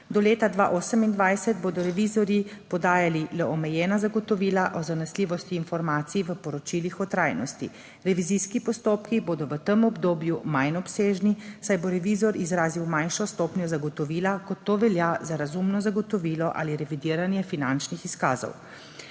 Do leta 2028 bodo revizorji podajali le omejena zagotovila o zanesljivosti informacij v poročilih o trajnosti. Revizijski postopki bodo v tem obdobju manj obsežni, saj bo revizor izrazil manjšo stopnjo zagotovila, kot to velja za razumno zagotovilo ali revidiranje finančnih izkazov.